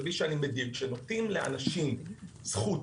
כשנותנים לאנשים זכות